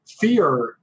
fear